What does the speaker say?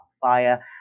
fire